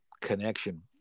connection